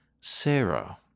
Sarah